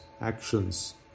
actions